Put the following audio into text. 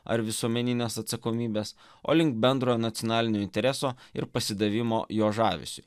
ar visuomeninės atsakomybės o link bendrojo nacionalinio intereso ir pasidavimo jo žavesiui